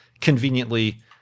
conveniently